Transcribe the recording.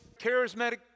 charismatic